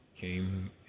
came